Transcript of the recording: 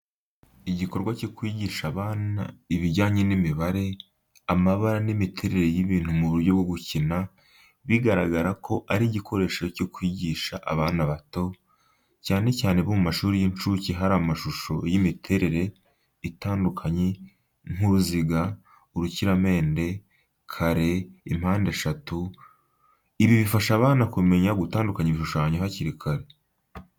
Igikorwa cyo kwigisha abana ibijyanye n’imibare, amabara n’imiterere y’ibintu mu buryo bwo gukina biragaragara ko ari igikoresho cyo kwigisha abana bato, cyane cyane bo mu mashuri y’incuke hari amashusho y’imiterere itandukanye nk’uruziga , urukiramende , kare , impande eshatu . Ibi bifasha abana kumenya gutandukanya ibishushanyo hakiri kare.